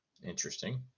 Interesting